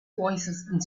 voicesand